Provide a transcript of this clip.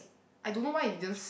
I don't know why it feels